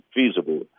feasible